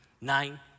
nine